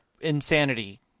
insanity